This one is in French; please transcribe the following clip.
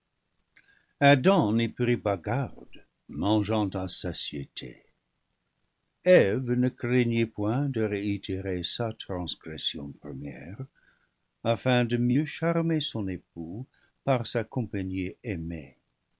n'y prit pas garde mangeant à satiété eve ne craignit point de réitérer sa transgression première afin de mieux charmer son époux par sa compagnie aimée